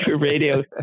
radio